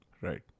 Right